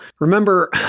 remember